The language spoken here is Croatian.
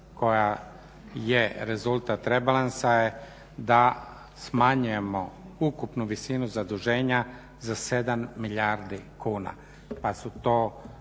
koja je rezultat rebalansa je da smanjujemo ukupnu visinu zaduženja za 7 milijardi kuna,